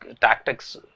tactics